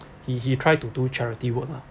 he he try to do charity work lah